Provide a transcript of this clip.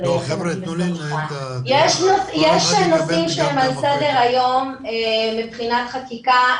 יש נושאים שהם על סדר היום מבחינת חקיקה,